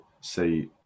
say